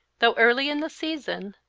though early in the season,